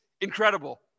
incredible